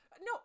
No